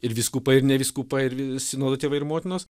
ir vyskupai ir ne vyskupai ir vi sinodo tėvai ir motinos